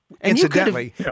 Incidentally